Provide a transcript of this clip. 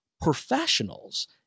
professionals